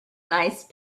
nice